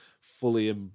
fully